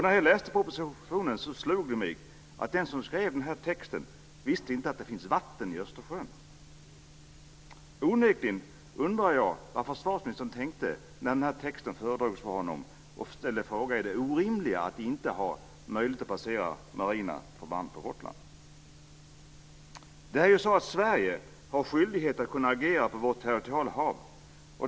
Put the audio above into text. När jag läste propositionen slog det mig att den som skrev denna text inte visste att det finns vatten i Östersjön! Onekligen undrar jag vad försvarsministern tänkte då denna text föredrogs för honom och ställdes inför det orimliga att inte ha möjligheter att basera marina förband på Gotland. Det är ju så att Sverige har skyldighet att kunna agera på vårt territorialhav.